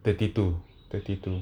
thirty two thirty two